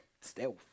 stealth